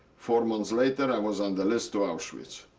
four months later, i was on the list to auschwitz.